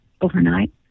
overnight